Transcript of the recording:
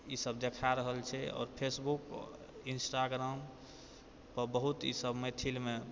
ई सब देखा रहल छै आओर फेसबुक इन्स्टाग्रामपर बहुत ई सब मैथिलमे